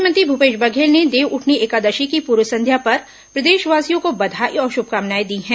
मुख्यमंत्री भूपेश बघेल ने देवउठनी एकादशी की पूर्व संध्या पर प्रदेशवासियों को बधाई और शुभकामनाएं दी हैं